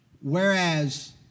whereas